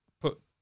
put